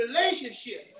relationship